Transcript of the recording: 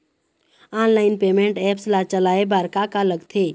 Online payment apps ला चलाए बार का का लगथे?